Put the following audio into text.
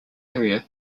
area